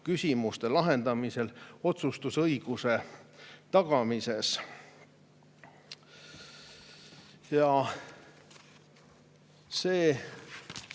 küsimuste lahendamisel otsustusõiguse tagamises. See